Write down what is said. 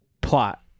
plot